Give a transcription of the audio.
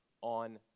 on